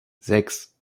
sechs